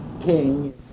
King